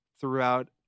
throughout